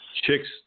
Chicks